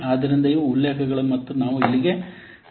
ಆದ್ದರಿಂದ ಇವು ಉಲ್ಲೇಖಗಳು ಮತ್ತು ನಾವು ಇಲ್ಲಿಗೆ ನಿಲ್ಲುಸುತ್ತೇವೆ